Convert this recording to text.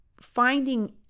Finding